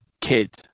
kid